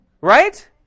Right